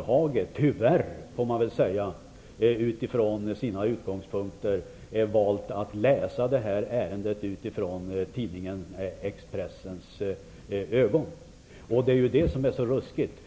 valt -- tyvärr får jag väl säga -- utifrån sina utgångspunkter att läsa ärendet med tidningen Expressens ögon. Det är ju det som är så ruskigt.